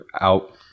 out